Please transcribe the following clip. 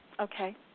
Okay